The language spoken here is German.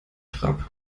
trab